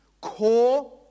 core